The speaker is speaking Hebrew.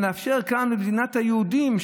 לא לאפשר כאן במדינת היהודים,